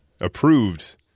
approved